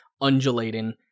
undulating